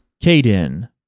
Caden